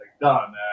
done